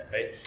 Right